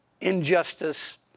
injustice